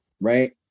Right